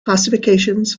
classifications